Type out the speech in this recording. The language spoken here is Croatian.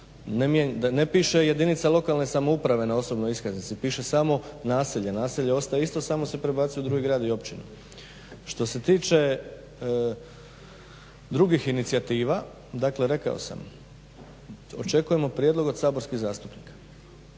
ne piše jedinica lokalne samouprave na osobnoj iskaznici, piše samo naselje, naselje ostaje isto, samo se prebacuje u drugi grad i općinu. Što se tiče drugih inicijativa, dakle rekao sam, očekujemo prijedlog od saborskih zastupnika,